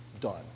done